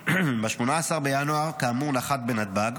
ב-18 בינואר כאמור הוא נחת בנתב"ג,